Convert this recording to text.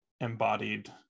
embodied